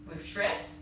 with stress